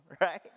right